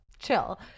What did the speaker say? Chill